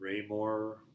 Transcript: Raymore